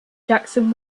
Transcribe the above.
jackson